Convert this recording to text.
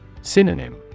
Synonym